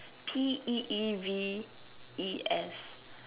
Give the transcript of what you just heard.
P_E_E_V_E_S